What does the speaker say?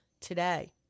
today